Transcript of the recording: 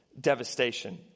devastation